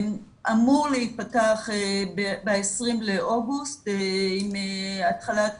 הוא אמור להיפתח ב-20 באוגוסט עם התחלת